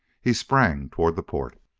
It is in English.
he sprang toward the port.